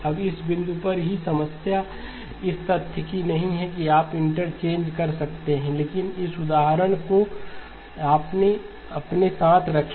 अब इस बिंदु पर ही समस्या इस तथ्य की नहीं है कि आप इंटरचेंज कर सकते हैं लेकिन इस उदाहरण को अपने साथ रखें